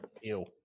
Ew